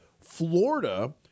Florida